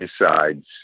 decides